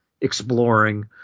exploring